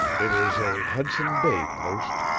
it is a hudson bay post,